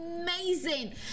amazing